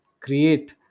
create